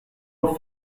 vont